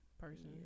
person